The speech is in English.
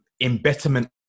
embitterment